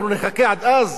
אנחנו נחכה עד אז?